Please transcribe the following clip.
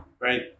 right